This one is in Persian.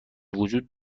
وجود